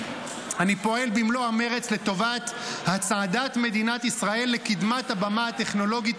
אני פועל במלוא המרץ לטובת הצעדת מדינת ישראל לקדמת הבמה הטכנולוגית